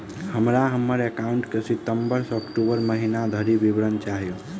हमरा हम्मर एकाउंट केँ सितम्बर सँ अक्टूबर महीना धरि विवरण चाहि?